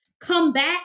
comeback